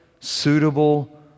suitable